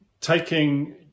taking